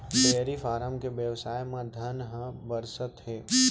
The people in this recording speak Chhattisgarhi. डेयरी फारम के बेवसाय म धन ह बरसत हे